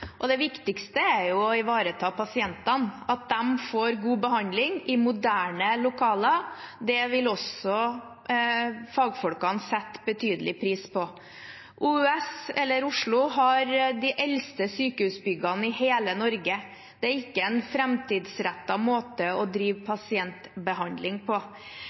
Det viktigste er å ivareta pasientene. At de får god behandling i moderne lokaler, vil også fagfolkene sette betydelig pris på. OUS – eller Oslo – har de eldste sykehusbyggene i hele Norge. Det er ikke en framtidsrettet måte å drive pasientbehandling på.